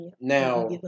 Now